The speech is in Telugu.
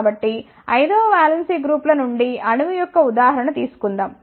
కాబట్టి 5 వ వాలెన్స్ గ్రూప్ ల నుండి అణువు యొక్క ఉదాహరణ తీసుకుందాం